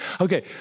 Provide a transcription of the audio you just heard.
Okay